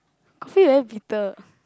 coffee very bitter